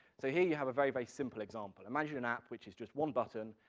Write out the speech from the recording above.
so here you have a very very simple example. imagine an app which is just one button,